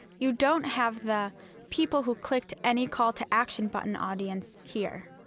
you don't have the people who clicked any call-to-action button audience here.